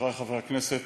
חברי חברי הכנסת,